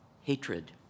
hatred